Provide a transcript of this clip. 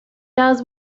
does